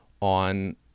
on